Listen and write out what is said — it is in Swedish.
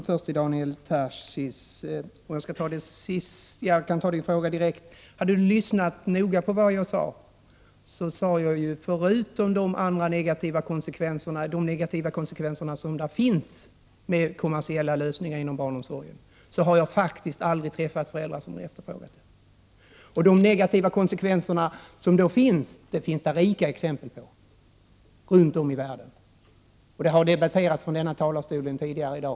Herr talman! Jag vill först vända mig till Daniel Tarschys. Hade Daniel Tarschys lyssnat noga hade han uppfattat att jag sade att förutom att det finns negativa konsekvenser med kommersiella lösningar inom barnomsorgen har jag faktiskt aldrig träffat föräldrar som efterfrågar sådana. De negativa konsekvenserna finns det gott om exempel på, runt om i världen. De har debatterats från denna talarstol tidigare i dag.